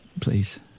Please